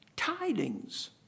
Tidings